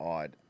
Odd